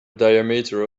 diameter